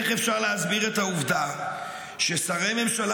איך אפשר להסביר את העובדה ששרי ממשלה